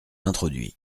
introduit